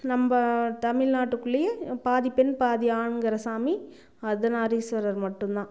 நம்ம தமிழ்நாட்டுக்குள்ளேயே பாதி பெண் பாதி ஆண்கிற சாமி அர்த்தநாதீஸ்வரர் மட்டும்தான்